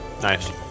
Nice